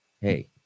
Hey